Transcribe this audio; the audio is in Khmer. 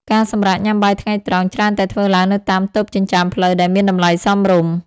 ការសម្រាកញ៉ាំបាយថ្ងៃត្រង់ ច្រើនតែធ្វើឡើងនៅតាមតូបចិញ្ចើមផ្លូវដែលមានតម្លៃសមរម្យ។